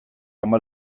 ama